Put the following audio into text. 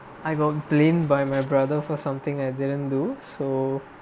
I got blame by my brother for something I didn't do so